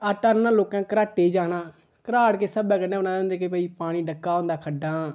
आटा आह्नना लोकें घराटै ई जाना घराट किस स्हाबै कन्नै बनाए दे होंदे कि पानी डक्का दा होंदा खड्ढां